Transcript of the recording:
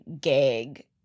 gag